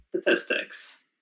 statistics